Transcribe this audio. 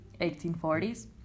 1840s